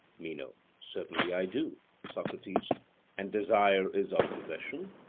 meno certainly i do. socrates and desire is of possession?